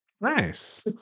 Nice